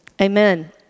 Amen